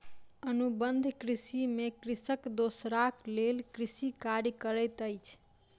अनुबंध कृषि में कृषक दोसराक लेल कृषि कार्य करैत अछि